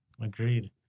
Agreed